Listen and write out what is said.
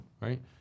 right